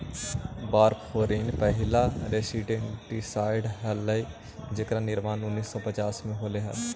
warfarin पहिला rodenticide हलाई जेकर निर्माण उन्नीस सौ पच्चास में होले हलाई